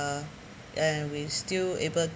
uh and we're still able